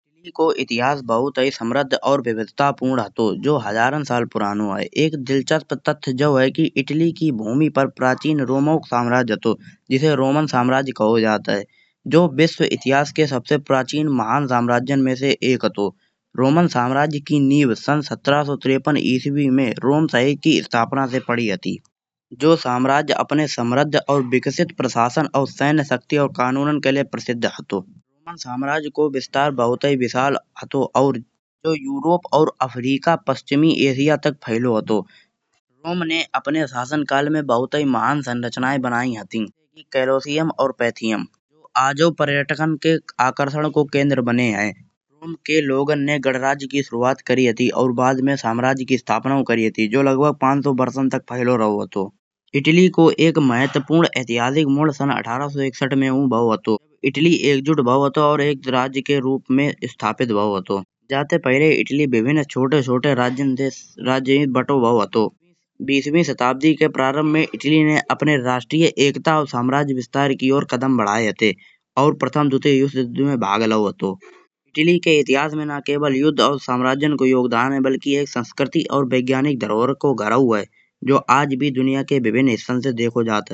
ईको इतिहास बहुत ही समृद्ध और विविधतापूर्ण हतो जो हजारन साल पुरानो है। एक दिलचस्प तथ्य जो है कि इटली की भूमि पर प्राचीन रोम को साम्राज्य हतो जिसे रमन साम्राज्य कहो जात है। जो विश्व इतिहास की सबसे प्राचीन साम्राज्यन में से एक हतो। रोमन साम्राज्य की नींव सन् सत्रह सौ तिरेपन इस्वी में रोम साहे की स्थापना से पड़ी हती। जो साम्राज्य अपने समृद्ध और विकसित प्रशासन और सैन्य शक्ति और कानूनन के लिए प्रसिद्ध हतो। साम्राज्य को विस्तार बहुत ही विशाल हतो और जो यूरोप और अफ्रीका पश्चिमी एशिया तक फैलो हतो। रोम ने अपने शासन काल में बहुत ही महान संरचनाएं बनाई हती। कोलोसियम और पैंथियॉन जो आजौं पर्यटन के आकर्षण को केंद्र बने है। रोम के लोगन ने गणराज्य की शुरुआत करी हती और बाद में साम्राज्य की स्थापना करी हती। जो लगभग पांच सौ बरसन तक फैलो रहो हतो। इटली को एक महत्वपूर्ण ऐतिहासिक मोड़ सन् अठारह सौ इकसठ में ऊ भाव हतो। इटली एकजुट भाव हतो और एक राज्य के रूप में स्थापित भाव हतो। जाते पहिले इटली विभिन्न छोटे छोटे राज्यन देश राज्यन में बंटो भाव हतो। बीसवीं शताब्दी के प्रारंभ में इटली ने अपने राष्ट्रीय एकता और साम्राज्य विस्तार किए और कदम बढ़ाए हते। और प्रथम द्वितीय विश्वयुद्ध में भाग लाओ हतो। इटली के इतिहास में ना केवल युद्ध और साम्राज्यन को योगदान है। बल्कि एक संस्कृति और वैज्ञानिक धरोहर को घराहू है जो आज भी दुनिया के विभिन्न हिस्सन से देखो जात है।